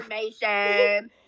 information